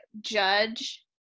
judge